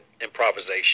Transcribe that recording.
improvisation